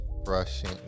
brushing